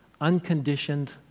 unconditioned